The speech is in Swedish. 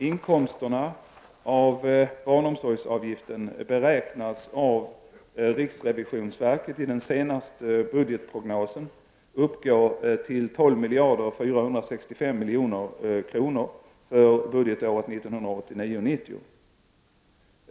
Inkomsterna av barnomsorgsavgiften beräknas av riksrevisionsverket i den senaste budgetprognosen uppgå till 12465 milj.kr. för budgetåret 1989/90.